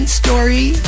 story